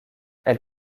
elle